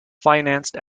financed